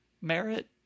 merit